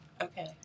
Okay